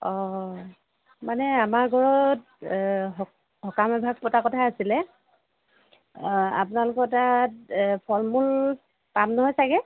অঁ মানে আমাৰ ঘৰত সকাম এভাগ পতাৰ কথা আছিলে আপোনালোকৰ তাত ফল মূল পাম নহয় চাগে